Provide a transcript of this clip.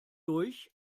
durch